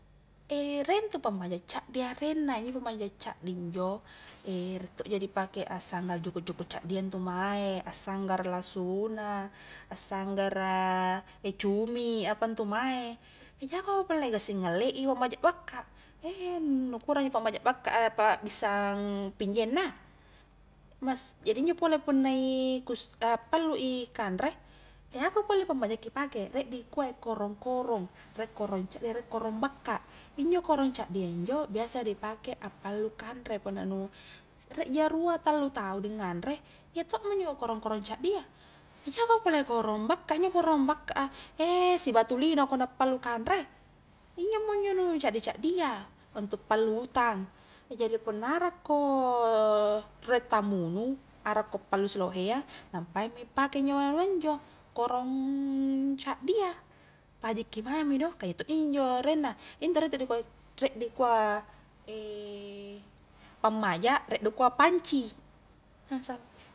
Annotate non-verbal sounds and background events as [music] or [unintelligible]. [hesitation] riek intu pammaja caddi areng na, injo pammaja caddi injo [hesitation] riek tokja di pake aksanggara juku'-juku caddia intu mae, a sanggara lasuna, a sanggara [hesitation] cumi, apantu mae, [hesitation] jako mo pole gassing a ngallei pammaja bakka, [hesitation] nu kura injo pammaja bakka a, pa'bissang pinjeng na mas jadi injo pole punna i kus appallu i kanre, [hesitation] ako pole pammaja ki pake, riek dikua [hesitation] korong-korong, riek korong caddi, riek korong bakka, injo korong caddia injo biasa di pake appalu kanre punna nu riek ja rua tallu tau di nganre, iya tokmo injo korong-korong caddia [hesitation] jako pole korong bakka a, injo korong bakka a [hesitation] sibatu lino ko na pallu kanre, injo mo injo nu caddi-caddia, untuk pallu utang [hesitation] jadi punna arakko, riek tamu nu arakko pallu siloheang, nampai mi ni pake injo anua injo, korong caddia, pahajikki mami do, ka iya tokji injo arenna, intu re intu dikua, riek dikua [hesitation] pamaja riek dikua panci. [unintelligible]